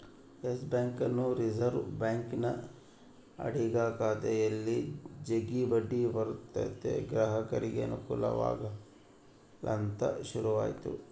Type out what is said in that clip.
Yes ಬ್ಯಾಂಕನ್ನು Reserve ಬ್ಯಾಂಕಿನ ಅಡಿಗ ಖಾತೆಯಲ್ಲಿ ಜಗ್ಗಿ ಬಡ್ಡಿ ಬರುತತೆ ಗ್ರಾಹಕರಿಗೆ ಅನುಕೂಲವಾಗಲಂತ ಶುರುವಾತಿ